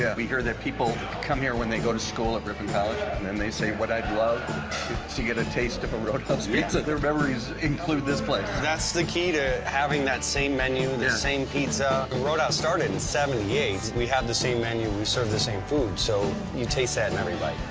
yeah we heard that people come here when they go to school at ripon college. and then they say, what i'd love is to get a taste of a roadhouse pizza. their memories include this place. that's the key to having that same menu, the same pizza. the roadhouse started in seventy eight. we have the same menu, we serve the same food. so, you taste that memory bite.